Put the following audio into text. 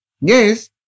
Yes